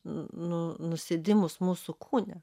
nu nusėdimus mūsų kūne